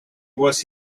was